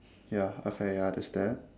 ya okay ya there's that